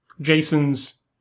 Jason's